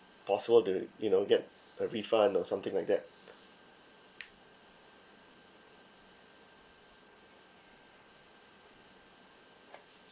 possible to you know get a refund or something like that